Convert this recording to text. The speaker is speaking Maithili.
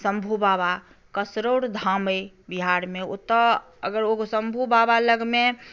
शम्भु बाबा कसरौर धाम अहि बिहारमे ओतय अगर शम्भु बाबा लगमे